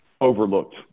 overlooked